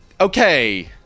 okay